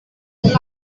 line